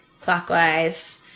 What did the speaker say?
clockwise